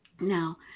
Now